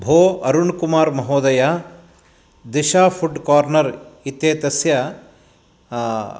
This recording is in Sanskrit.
भोः अरुण्कुमार् महोदय दिशा फ़ुड् कार्नर् इत्येतस्य